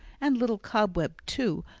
and little cobweb too,